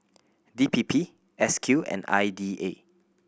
D P P S Q and I D A